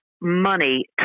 money